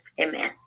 Amen